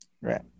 Right